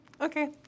Okay